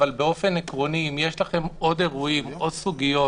אבל באופן עקרוני אם יש לכם עוד אירועים או סוגיות